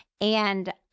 And-